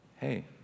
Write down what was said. hey